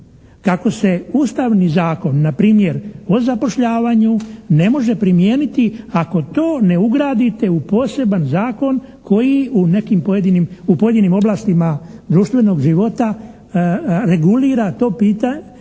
kako se Ustavni zakon na primjer o zapošljavanju ne može primijeniti ako to ne ugradite u poseban zakon koji u nekim pojedinim, u pojedinim oblastima društvenog života regulira to,